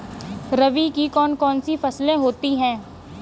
रबी की कौन कौन सी फसलें होती हैं?